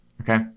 okay